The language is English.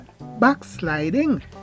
Backsliding